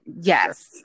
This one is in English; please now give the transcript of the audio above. Yes